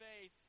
faith